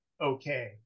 okay